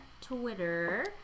Twitter